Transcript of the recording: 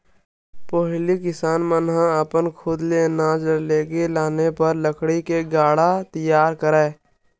पहिली किसान मन ह अपन खुद ले अनाज ल लेगे लाने बर लकड़ी ले गाड़ा तियार करय